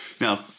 Now